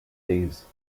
these